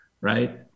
right